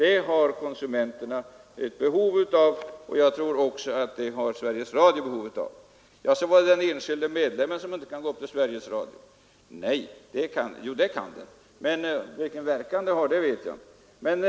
Konsumenterna har ett behov av detta, och jag tror att även Sveriges Radio har det. Det talades sedan om att den enskilde medlemmen inte kan gå upp till Sveriges Radio. Jo, det kan han! Men vilken verkan det har vet jag inte.